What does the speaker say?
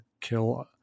kill